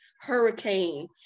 hurricane